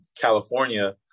California